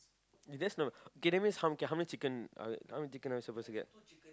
that's no K that means how okay how uh how many chicken are we supposed to get